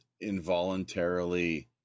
involuntarily